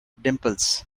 dimples